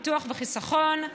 ביטוח וחיסכון,